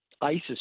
ISIS